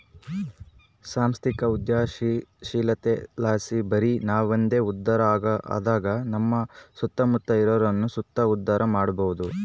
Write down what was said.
ಸಾಂಸ್ಥಿಕ ಉದ್ಯಮಶೀಲತೆಲಾಸಿ ಬರಿ ನಾವಂದೆ ಉದ್ಧಾರ ಆಗದಂಗ ನಮ್ಮ ಸುತ್ತಮುತ್ತ ಇರೋರ್ನು ಸುತ ಉದ್ಧಾರ ಮಾಡಬೋದು